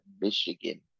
Michigan